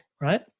right